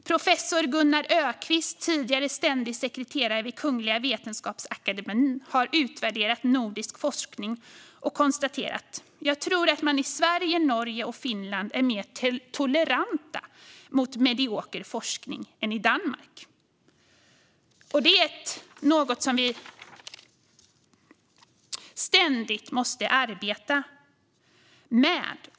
Professor Gunnar Öquist, tidigare ständig sekreterare för Kungliga Vetenskapsakademien, har utvärderat nordisk forskning och konstaterat: "Jag tror att man i Sverige, Norge och Finland är mer toleranta mot medioker forskning än i Danmark." Detta är något som vi ständigt måste arbeta med.